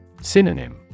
Synonym